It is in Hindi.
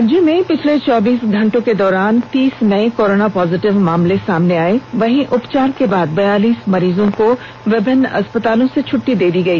राज्य में पिछले चौबीस घंटे के दौरान तीस नए कोरोना पॉजिटिव मामले सामने आए वहीं उपचार के बाद बयालीस मरीजों को विभिन्न अस्पतालों से छुट्टी दे दी गई